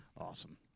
awesome